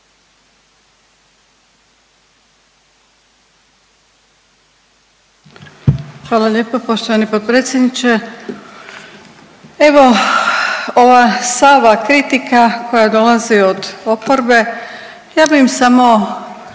Hvala lijepa poštovani potpredsjedniče, evo, ova salva kritika koja dolazi od oporbe, ja bi im samo